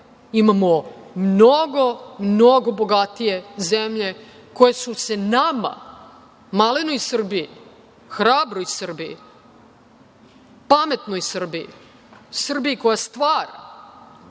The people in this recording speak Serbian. Imamo mnogo, mnogo bogatije zemlje koje su se nama, malenoj Srbiji, hrabroj Srbiji, pametnoj Srbiji, Srbiji koja stvara,